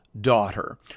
daughter